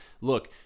look